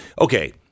okay